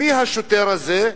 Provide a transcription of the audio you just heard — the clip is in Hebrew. מי השוטר הזה.